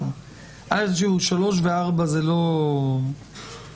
פסקאות (3) ו-(4) זה לא רלוונטי.